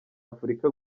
afurika